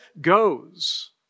goes